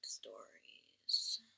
stories